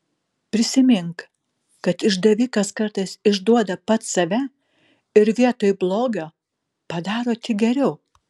prisimink kad išdavikas kartais išduoda pats save ir vietoj blogio padaro tik geriau